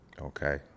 Okay